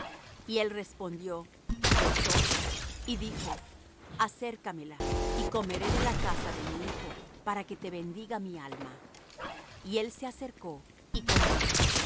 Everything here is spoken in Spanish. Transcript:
y él respondió yo soy y dijo acércamela y comeré de la caza de mi hijo para que te bendiga mi alma y él se la acercó y comió